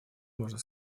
можно